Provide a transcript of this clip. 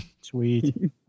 Sweet